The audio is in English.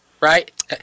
right